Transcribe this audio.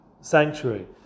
sanctuary